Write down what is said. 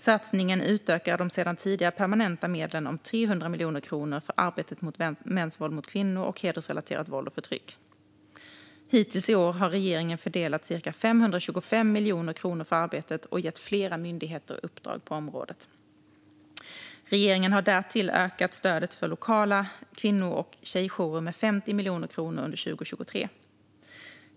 Satsningen utökar de sedan tidigare permanenta medlen om 300 miljoner kronor för arbetet mot mäns våld mot kvinnor och hedersrelaterat våld och förtryck. Hittills i år har regeringen fördelat cirka 525 miljoner kronor för arbetet och gett flera myndigheter uppdrag på området. Regeringen har därtill ökat stödet till lokala kvinno och tjejjourer med 50 miljoner kronor under 2023.